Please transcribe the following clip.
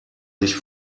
sich